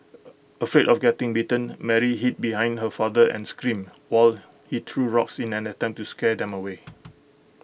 afraid of getting bitten Mary hid behind her father and screamed while he threw rocks in an attempt to scare them away